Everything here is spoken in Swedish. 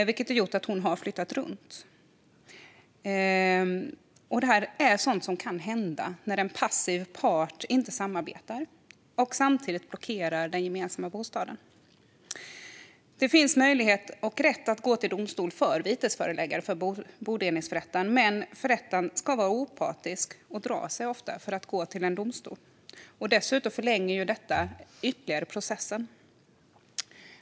Detta har gjort att hon har flyttat runt. Sådant här kan hända när en passiv part inte samarbetar och samtidigt blockerar den gemensamma bostaden. Bodelningsförrättaren har möjlighet och rätt att gå till domstol för vitesföreläggande, men förrättaren ska vara opartisk och drar sig ofta för att gå till domstol. Dessutom förlänger detta processen ytterligare. Herr talman!